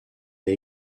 ait